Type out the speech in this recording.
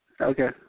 Okay